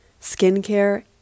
skincare